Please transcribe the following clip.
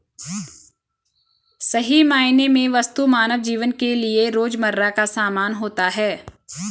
सही मायने में वस्तु मानव जीवन के लिये रोजमर्रा का सामान होता है